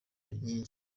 nyinshi